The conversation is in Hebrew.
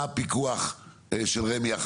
מה הפיקוח של רמ"י,